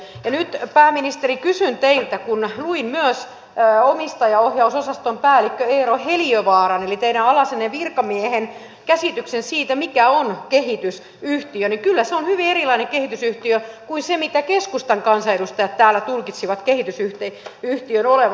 nyt pääministeri kysyn teiltä siitä kun luin myös omistajaohjausosaston päällikkö eero heliövaaran eli teidän alaisenne virkamiehen käsityksen siitä mikä on kehitysyhtiö ja kyllä se on hyvin erilainen kehitysyhtiö kuin se mitä keskustan kansanedustajat täällä tulkitsivat kehitysyhtiön olevan